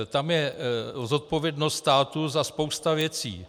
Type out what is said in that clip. Tam je zodpovědnost státu za spoustu věcí.